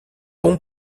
pont